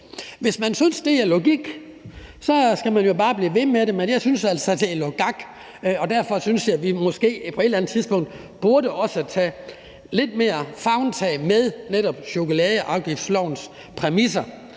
Hvis man synes, det er logik, så skal man jo bare blive ved med at gøre det, men jeg synes altså, det er logak, og derfor synes jeg også, at vi måske på et eller andet tidspunkt burde tage lidt mere favntag med netop chokoladeafgiftslovens præmisser,